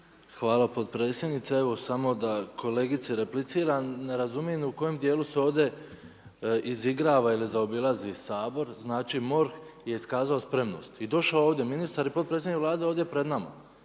Hvala potpredsjednice. Evo samo da kolegici repliciram. Razumijem u kojem dijelu se ovdje izigrava ili zaobilazi Sabor. Znači MORH je iskazao spremnost i došao ovdje ministar i potpredsjednik Vlade ovdje pred nama